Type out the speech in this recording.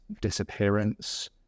disappearance